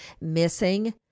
missing